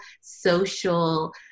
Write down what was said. social